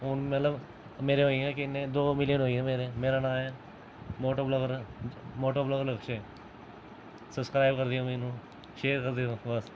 हून मतलब मेरे होई गे किन्नै दौं मिलयन होई गे मेरे मेरा नांऽ ऐ मोटोब्लॉगर मोटोब्लॉगर लक्ष्य सबस्क्राइब करी देओ मैनूं शेयर करी देओ बस